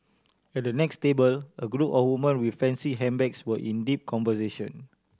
at the next table a group of woman with fancy handbags were in deep conversation